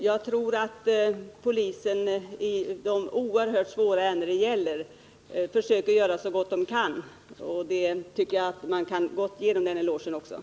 Jag tror att polisen i de oerhört svåra ärenden det gäller försöker göra så gott den kan, och jag tycker att man gott kan ge polisen en eloge för detta.